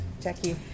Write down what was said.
Jackie